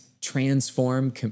transform